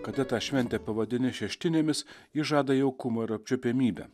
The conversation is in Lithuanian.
kada tą šventę pavadini šeštinėmis ji žada jaukumą ir apčiuopiamybę